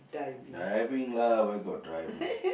diving lah where got driving